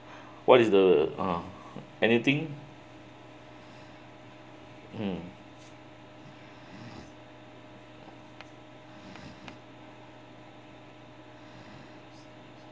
what is the uh anything mm